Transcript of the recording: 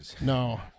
No